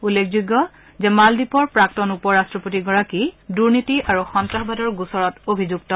উল্লেখযোগ্য যে মালদ্বীপৰ প্ৰাক্তন উপ ৰট্টপতিগৰাকী দুৰ্নীতি আৰু সন্ত্ৰাসবাদৰ গোচৰত অভিযুক্ত